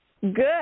Good